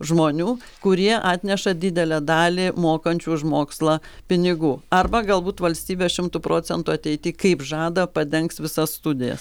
žmonių kurie atneša didelę dalį mokančių už mokslą pinigų arba galbūt valstybė šimtu procentų ateity kaip žada padengs visas studijas